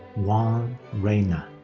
juan reyna.